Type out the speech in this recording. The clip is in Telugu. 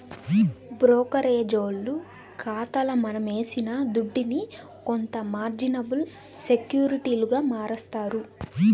బ్రోకరేజోల్లు కాతాల మనమేసిన దుడ్డుని కొంత మార్జినబుల్ సెక్యూరిటీలుగా మారస్తారు